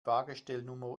fahrgestellnummer